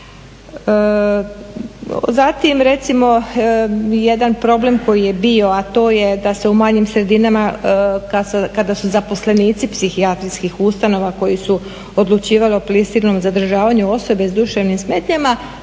Zatim recimo jedan problem koji je bio, a to je da se u manjim sredinama kada su zaposlenici psihijatrijskih ustanova koji su odlučivali o prisilnom zadržavanju osobe s duševnim smetnjama,